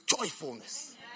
joyfulness